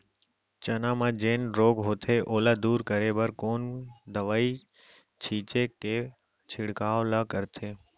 चना म जेन रोग होथे ओला दूर करे बर कोन दवई के छिड़काव ल करथे?